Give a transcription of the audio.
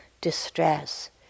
distress